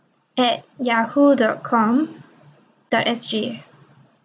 at yahoo dot com dot sg